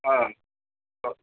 ஆ okay